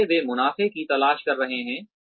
इसलिए वे मुनाफ़े की तलाश कर रहे हैं